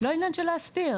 לא עניין של להסתיר.